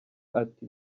ati